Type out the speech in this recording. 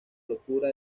locura